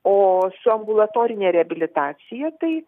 o su ambulatorine reabilitacija tai